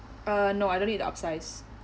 uh no I don't need to upsize